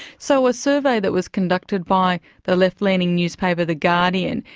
so, a survey that was conducted by the left-leaning newspaper the guardian,